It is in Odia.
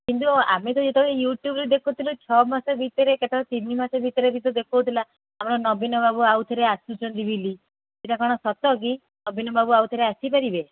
କିନ୍ତୁ ଆମେ ଯୋଉ ଯେତେବେଳେ ୟୁଟ୍ୟୁବ୍ରେ ଦେଖୁଥିଲୁ ଛଅ ମାସ ଭିତରେ କେତେବେଳେ ତିନି ମାସ ଭିତରେ ବି ତ ଦେଖଉଥିଲା ଆମର ନବୀନ ବାବୁ ଆଉ ଥରେ ଆସୁଛନ୍ତି ବୋଲି ସେଇଟା କ'ଣ ସତ କି ନବୀନ ବାବୁ ଆଉଥରେ ଆସିପାରିବେ